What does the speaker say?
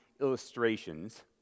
illustrations